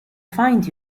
find